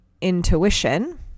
intuition